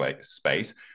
space